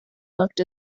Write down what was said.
looked